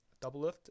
Doublelift